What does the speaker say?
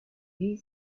wie